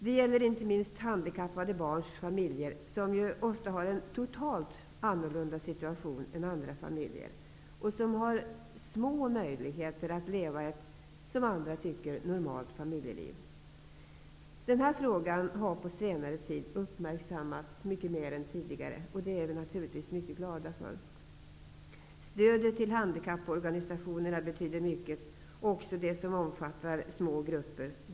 Det gäller inte minst handikappade barns familjer, som ju ofta har en totalt annorlunda situation än andra familjer och som har små möjligheter att leva ett, som andra tycker, normalt familjeliv. Den här frågan har på senare tid uppmärksammats mycket mer än tidigare. Det är vi naturligtvis mycket glada för. Stödet till handikapporganisationerna betyder mycket, också de som omfattar små grupper.